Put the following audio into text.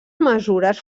mesures